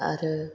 आरो